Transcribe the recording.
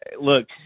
look